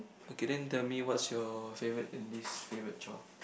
okay then tell me what's your favorite and least favorite chore